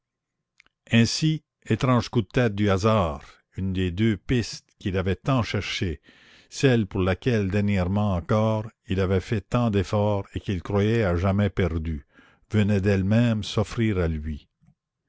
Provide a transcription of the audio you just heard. ainsi étrange coup de tête du hasard une des deux pistes qu'il avait tant cherchées celle pour laquelle dernièrement encore il avait fait tant d'efforts et qu'il croyait à jamais perdue venait d'elle-même s'offrir à lui